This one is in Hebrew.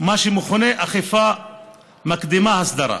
מה שמכונה אכיפה מקדמת הסדרה,